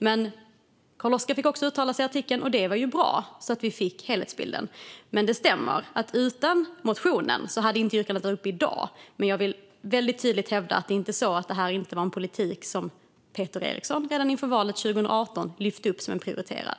Men Carl-Oskar fick också uttala sig i artikeln, och det var ju bra så att vi fick helhetsbilden. Det stämmer att utan motionen hade inte yrkandet varit uppe i dag. Men jag vill väldigt tydligt hävda att det inte är så att detta inte var en fråga som Peter Eriksson redan inför valet 2018 lyfte upp som prioriterad.